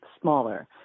smaller